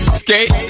skate